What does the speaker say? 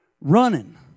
running